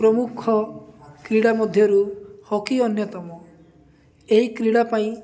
ପ୍ରମୁଖ କ୍ରୀଡ଼ା ମଧ୍ୟରୁ ହକି ଅନ୍ୟତମ ଏହି କ୍ରୀଡ଼ା ପାଇଁ